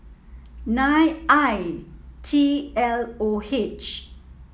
nine I T L O H